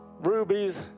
rubies